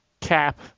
Cap